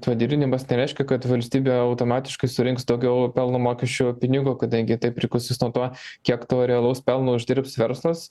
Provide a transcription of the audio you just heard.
padidinimas nereiškia kad valstybė automatiškai surinks daugiau pelno mokesčio pinigo kadangi tai priklausys nuo to kiek to realaus pelno uždirbs verslas